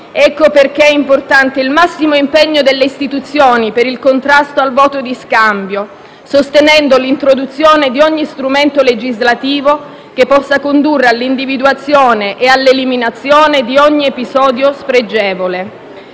Ecco perché è importante il massimo impegno delle istituzioni per il contrasto al voto di scambio, sostenendo l'introduzione di ogni strumento legislativo che possa condurre all'individuazione e all'eliminazione di ogni episodio spregevole.